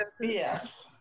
yes